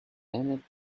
emmett